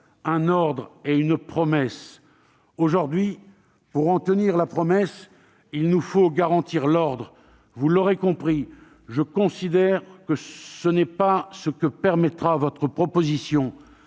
un ordre et une promesse. Aujourd'hui, pour en tenir la promesse, il nous faut garantir l'ordre. Vous l'aurez compris, ce n'est pas à mon sens ce que permettra cette proposition